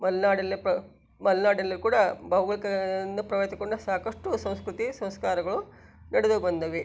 ಮಲೆನಾಡಲ್ಲಿ ಪ್ರ ಮಲೆನಾಡಲ್ಲಿ ಕೂಡ ಭೌಗೋಳಿಕ ಇಂದ ಪ್ರಭಾವಿತಗೊಂಡ ಸಾಕಷ್ಟು ಸಂಸ್ಕೃತಿ ಸಂಸ್ಕಾರಗಳು ನಡೆದು ಬಂದಿವೆ